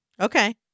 Okay